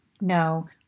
no